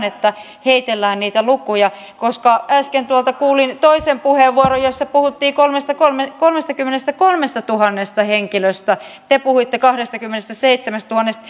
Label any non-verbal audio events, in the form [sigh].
[unintelligible] että heitellään niitä lukuja koska äsken tuolta kuulin toisen puheenvuoron jossa puhuttiin kolmestakymmenestäkolmestatuhannesta henkilöstä te puhuitte kahdestakymmenestäseitsemästätuhannesta [unintelligible]